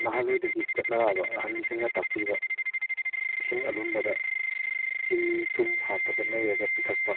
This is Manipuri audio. ꯅꯍꯥꯟꯋꯥꯏꯗꯒꯤ ꯆꯠꯅꯔꯛꯕ ꯑꯍꯟꯁꯤꯡꯅ ꯇꯥꯛꯄꯤꯕ ꯏꯁꯤꯡ ꯑꯔꯨꯝꯕꯗ ꯆꯤꯅꯤ ꯊꯨꯝ ꯍꯥꯞꯄꯒ ꯅꯩꯔꯒ ꯄꯤꯊꯛꯄ